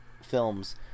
films